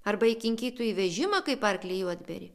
arba įkinkytų į vežimą kaip arklį juodbėrį